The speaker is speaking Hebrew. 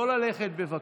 לא ללכת, בבקשה.